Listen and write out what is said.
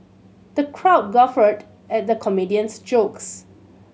the crowd guffawed at the comedian's jokes